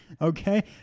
Okay